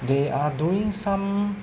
they are doing some